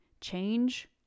change